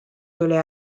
tuli